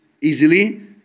easily